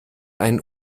einen